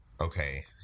okay